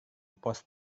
pos